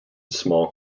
small